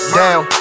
down